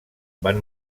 van